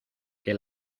que